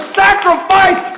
sacrifice